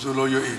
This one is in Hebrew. הוא לא יועיל.